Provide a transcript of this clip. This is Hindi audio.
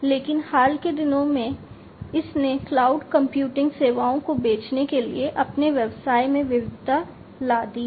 लेकिन हाल के दिनों में इसने क्लाउड कंप्यूटिंग सेवाओं को बेचने के लिए अपने व्यवसाय में विविधता ला दी है